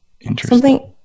Interesting